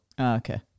Okay